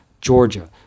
Georgia